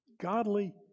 Godly